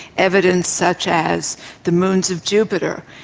evidence such as the moons of jupiter,